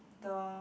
the